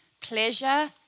pleasure